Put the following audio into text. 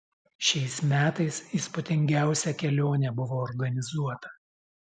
šiais metais įspūdingiausia kelionė buvo organizuota